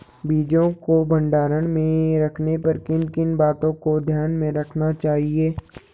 बीजों को भंडारण में रखने पर किन किन बातों को ध्यान में रखना चाहिए?